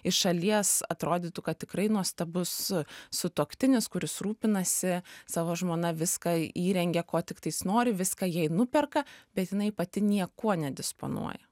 iš šalies atrodytų kad tikrai nuostabus sutuoktinis kuris rūpinasi savo žmona viską įrengė ko tiktais nori viską jai nuperka bet jinai pati niekuo nedisponuoja